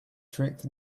trick